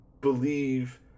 believe